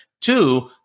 Two